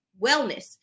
wellness